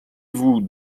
vous